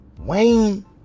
wayne